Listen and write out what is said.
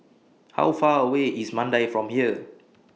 How Far away IS Mandai from here